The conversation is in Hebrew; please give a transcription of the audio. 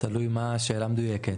תלוי מה השאלה המדויקת.